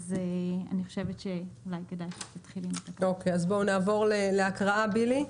אוקיי, אז בואו נעבור להקראה, בילי.